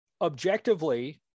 objectively